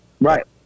Right